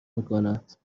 میکنند